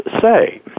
say